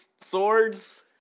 swords